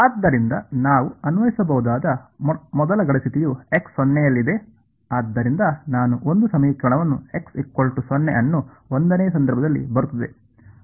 ಆದ್ದರಿಂದ ನಾವು ಅನ್ವಯಿಸಬಹುದಾದ ಮೊದಲ ಗಡಿ ಸ್ಥಿತಿಯು x0 ನಲ್ಲಿದೆ ಆದ್ದರಿಂದ ನಾನು 1 ಸಮೀಕರಣವನ್ನು x 0 ಅನ್ನು 1 ನೇ ಸಂದರ್ಭದಲ್ಲಿ ಬರುತ್ತದೆ